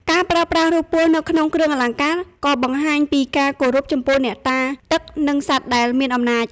ការប្រើប្រាស់រូបពស់នៅក្នុងគ្រឿងអលង្ការក៏បង្ហាញពីការគោរពចំពោះអ្នកតាទឹកនិងសត្វដែលមានអំណាច។